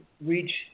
reach